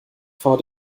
vor